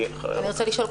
אני רוצה לשאול,